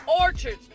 orchards